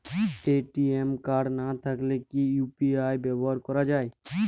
ATM card না থাকলে কি ইউ.পি.আই ব্যবহার করা য়ায়?